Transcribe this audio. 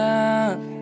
up